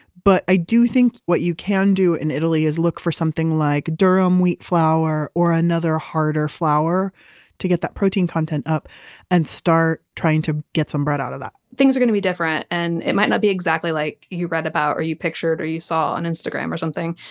but i do think, what you can do in italy is look for something like durum wheat flour or another harder flour to get that protein content up and start trying to get some bread out of that twelve things are going to be different, and it might not be exactly like you read about or you pictured or you saw an instagram or something.